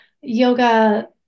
yoga